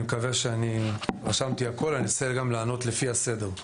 אני מקווה שרשמתי את הכל ואני אנסה גם לענות לפי הסדר.